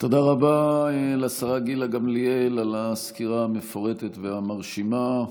תודה רבה לשרה גילה גמליאל על הסקירה המפורטת והמרשימה.